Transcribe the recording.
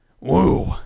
Woo